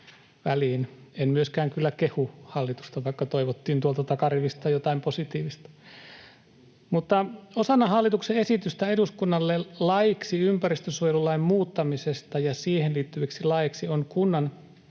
En myöskään kyllä kehu hallitusta, vaikka toivottiin tuolta takarivistä jotain positiivista. Osana hallituksen esitystä eduskunnalle laiksi ympäristönsuojelulain muuttamisesta ja siihen liittyviksi laeiksi on kunnan